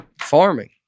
Farming